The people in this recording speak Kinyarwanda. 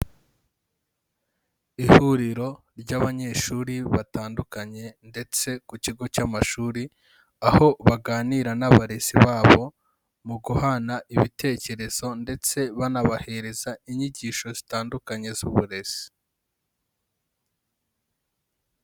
Ihuriro ry'abanyeshuri batandukanye ndetse ku kigo cy'amashuri, aho baganira n'abarezi babo mu guhana ibitekerezo ndetse banabahereza inyigisho zitandukanye z'uburezi.